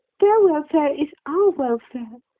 their welfare is our welfare,